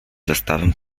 zestawem